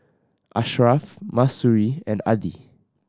Ashraff Mahsuri and Adi